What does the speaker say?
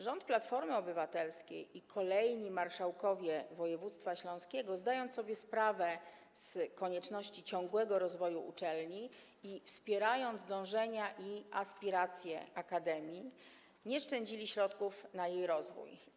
Rząd Platformy Obywatelskiej i kolejni marszałkowie województwa, zdając sobie sprawę z konieczności ciągłego rozwoju uczelni i wspierając dążenia i aspiracje akademii, nie szczędzili środków na jej rozwój.